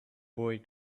boy